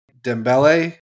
Dembele